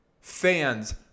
Fans